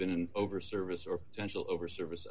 been over service or potential over service